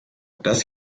das